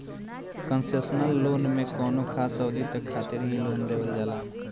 concessional loan में कौनो खास अवधि तक खातिर ही लोन देवल जाला